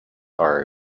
are